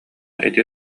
ити